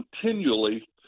continually